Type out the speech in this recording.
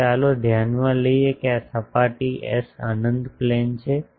તો ચાલો ધ્યાનમાં લઈએ કે આ સપાટી એસ અનંત પ્લેન છે